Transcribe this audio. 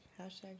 Hashtag